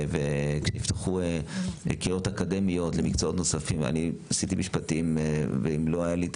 כשיפתחו קריות אקדמיות למקצועות נוספים אני למדתי משפטים,